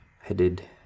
Headed